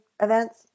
events